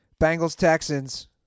Bengals-Texans